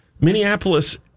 Minneapolis